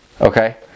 okay